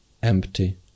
empty